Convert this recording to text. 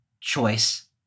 choice